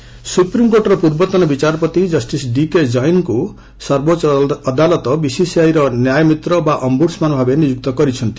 SC BCCI ସୁପ୍ରିମକୋର୍ଟର ପୂର୍ବତନ ବିଚାରପତି ଜଷ୍ଟିସ ଡିକେ ଜୈନକୁ ସର୍ବୋଚ୍ଚ ଅଦାଲତ ବିସିସିଆଇର ନ୍ୟାୟମିତ୍ର ବା ଅମ୍ଭୁଡ୍ୱମ୍ୟାନ୍ ଭାବେ ନିଯୁକ୍ତି କରିଛନ୍ତି